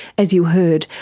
as you heard,